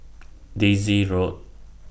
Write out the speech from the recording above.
Daisy Road